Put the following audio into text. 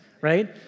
right